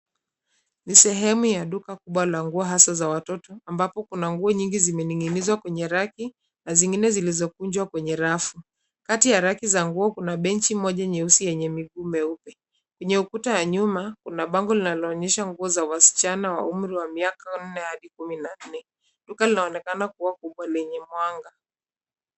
Ni sehemu ya duka kubwa la nguo za watoto ambapo kuna nguo nyingi zimening'inizwa kwenye raki, na zingine zilizokunjwa kwenye rafu. Kati ya raki za nguo kuna benchi moja nyeusi yenye miguu mieupe. Kwenye ukuta ya nyuma kuna bango linaloonyesha nguo za wasichana wa umri wa miaka 4 hadi 14.Duka linaonekana kuwa kubwa lenye mwanga.